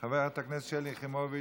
חברת הכנסת שלי יחימוביץ,